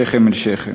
שכם אל שכם.